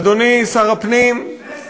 אדוני שר הפנים, שני שרים.